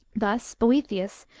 thus boethius,